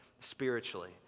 spiritually